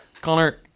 Connor